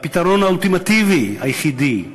והפתרון האולטימטיבי, היחידי,